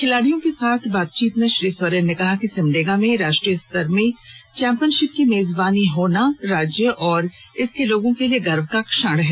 खिलाडियों के साथ बातचीत में श्री सोरेन ने कहा कि सिमडेगा में राष्ट्रीय स्तर की चैम्पियनशिप की मेजबानी होना राज्य और इसके लोगों के लिए गर्व का क्षण है